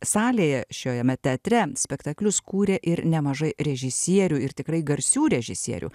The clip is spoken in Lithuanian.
salėje šiame teatre spektaklius kūrė ir nemažai režisierių ir tikrai garsių režisierių